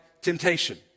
temptation